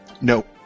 Nope